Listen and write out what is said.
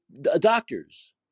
Doctors